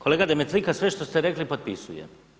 Kolega Demetlika sve što ste rekli potpisujem.